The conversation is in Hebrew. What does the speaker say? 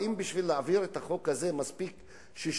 האם בשביל להעביר את החוק הזה מספיק 61,